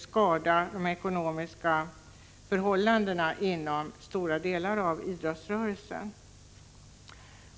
skada de ekonomiska förutsättningarna för stora delar av idrottsrörelsen.